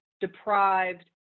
deprived